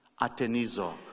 atenizo